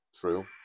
true